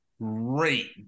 great